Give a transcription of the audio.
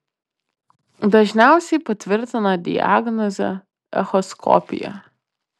dažniausiai patvirtina diagnozę echoskopija